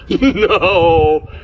No